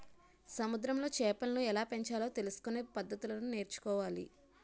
సముద్రములో చేపలను ఎలాపెంచాలో తెలుసుకొనే పద్దతులను నేర్చుకోవాలి